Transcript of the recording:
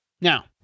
Now